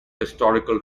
historical